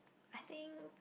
I think